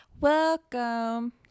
welcome